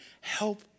help